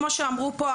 כמו שאמרו פה,